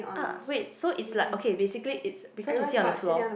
ah wait so it's like okay basically it's because you sit on the floor